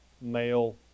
male